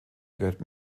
gehört